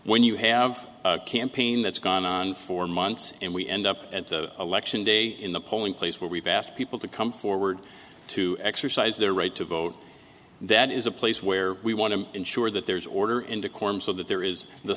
when you have campaign that's gone on for months and we end up at the election day in the polling place where we've asked people to come forward to exercise their right to vote that is a place where we want to ensure that there's order and decorum so that there is the